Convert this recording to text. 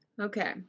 Okay